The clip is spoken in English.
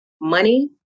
money